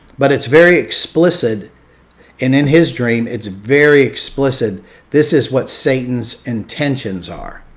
but it's very explicit and in his dream it's very explicit this is what satan's intentions are,